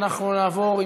אנחנו נעבור,